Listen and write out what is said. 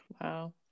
wow